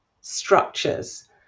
structures